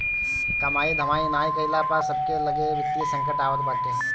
कमाई धमाई नाइ कईला पअ सबके लगे वित्तीय संकट आवत बाटे